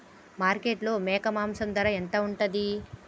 మార్కెట్లో మేక మాంసం ధర ఎంత ఉంటది?